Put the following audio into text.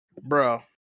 bro